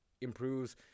improves